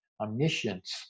omniscience